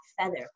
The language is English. feather